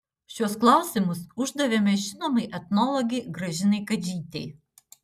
šiuos klausimus uždavėme žinomai etnologei gražinai kadžytei